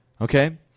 Okay